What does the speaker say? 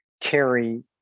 carry